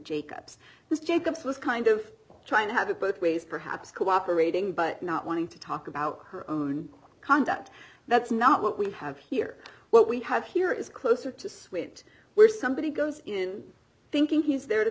was kind of trying to have it both ways perhaps cooperating but not wanting to talk about her own conduct that's not what we have here what we have here is closer to swift where somebody goes in thinking he's there to